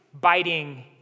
biting